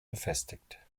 befestigt